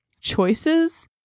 choices